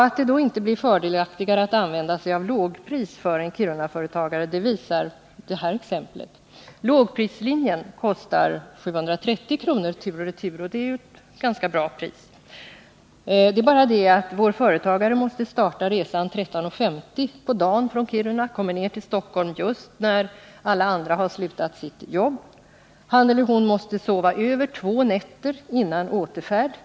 Att det då inte blir fördelaktigare att använda sig av lågpris för en Kirunaföretagare visar det här exemplet: Lågprislinjen kostar 730 kr. tur och retur. Och det är ett ganska bra pris. Det är bara det att vår företagare måste starta resan från Kiruna kl. 13.50 på dagen och kommer då ned till Stockholm just när alla andra har slutat sitt arbete. Han eller hon måste sova över två nätter före återfärd.